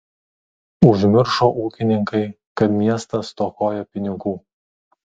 užmiršo ūkininkai kad miestas stokoja pinigų